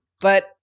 But-